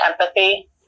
empathy